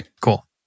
Cool